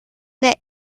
der